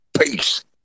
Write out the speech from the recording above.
Peace